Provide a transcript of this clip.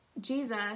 Jesus